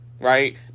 right